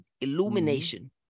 Illumination